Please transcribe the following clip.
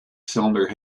cylinder